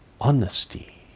honesty